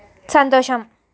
సంతోషం